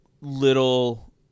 little